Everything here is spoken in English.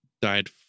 Died